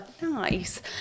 Nice